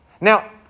Now